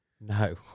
No